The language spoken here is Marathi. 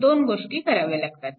दोन गोष्टी कराव्या लागतात